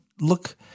look